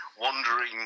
wandering